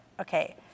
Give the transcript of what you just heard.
Okay